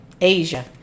Asia